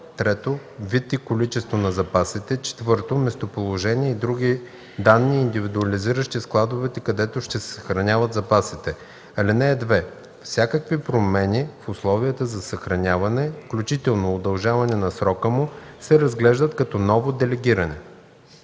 3. вид и количество на запасите; 4. местоположение и други данни, индивидуализиращи складовете, където ще се съхраняват запасите. (2) Всякакви промени в условията за съхраняване, включително удължаване на срока му, се разглеждат като ново делегиране.”